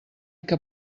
que